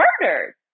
murdered